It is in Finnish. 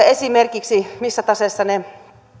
esimerkiksi siitä missä taseessa ne